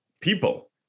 people